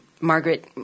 Margaret